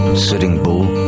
sitting bull,